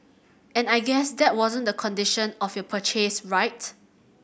and I guess that wasn't the condition of your purchase right